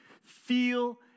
feel